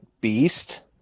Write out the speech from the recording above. beast